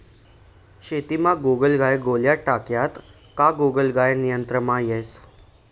शेतीमा गोगलगाय गोळ्या टाक्यात का गोगलगाय नियंत्रणमा येस